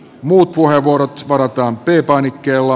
muut puheenvuorot varataan p painikkeella